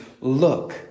look